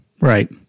Right